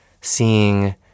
seeing